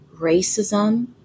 racism